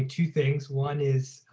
two things, one is i'll